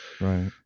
right